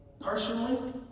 Personally